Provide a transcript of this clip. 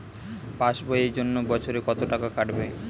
Pass বইয়ের জন্য বছরে কত টাকা কাটবে?